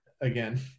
again